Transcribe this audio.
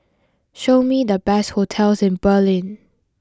show me the best hotels in Berlin